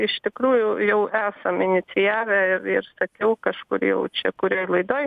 iš tikrųjų jau esam inicijavę ir sakiau kažkur jau čia kurioj laidoj